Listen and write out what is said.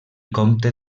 comte